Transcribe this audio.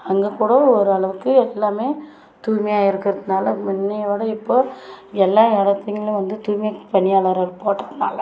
அங்கே கூட ஒரு அளவுக்கு எல்லாமே தூய்மையாக இருக்கிறதுனால முன்னய விட இப்போது எல்லா இடத்துங்கள்லியும் வந்து தூய்மைப் பணியாளரை போட்டதனால